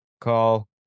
call